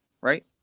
right